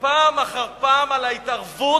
פעם אחר פעם על ההתערבות